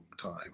time